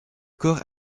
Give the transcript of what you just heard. corps